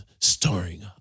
starring